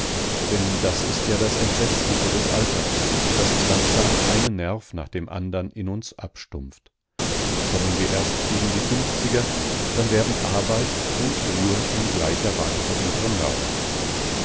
denn das ist ja das entsetzliche des alters daß es langsam einen nerv nach dem andern in uns abstumpft kommen wir erst gegen die fünfziger dann werden arbeit und ruhe in gleicher weise unsere mörder